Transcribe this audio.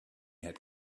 had